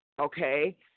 okay